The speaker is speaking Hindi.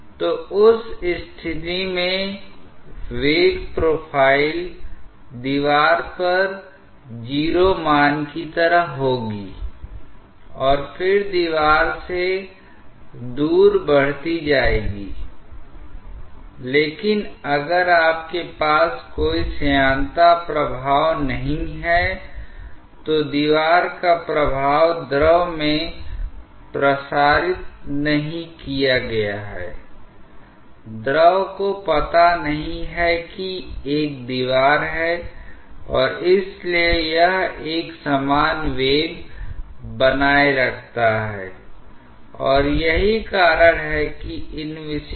तो ये दो डिजाइन में दो परस्पर विरोधी पैरामीटर हैं जहां आपको एक सर्वोत्तम डिजाइन ही लेना होगाजहां इस कोण को आप इस कोण के बराबर नहीं रख सकते हैं I और आमतौर पर सर्वोत्तम यह होता है कि इसको अभीसारी अनुभाग के कोण की तुलना में 50 60 कम लेते हैं I तो यह कुछ ऐसा है जिसे हमें बहुत सावधानी से समझना होगा कि क्यों व्यावहारिक डिजाइन में विसारक कोण अभिसरण अनुभाग कोण की तुलना में बहुत कम है